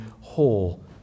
whole